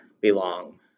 belong